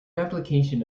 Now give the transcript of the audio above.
application